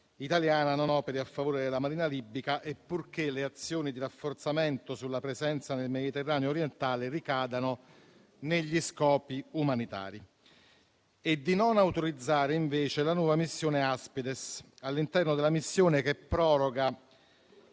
italiana non operi a favore della marina libica e purché le azioni di rafforzamento sulla presenza nel Mediterraneo orientale ricadano negli scopi umanitari. Chiediamo, invece, di non autorizzare la nuova missione Aspides all'interno della missione che proroga